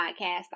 podcast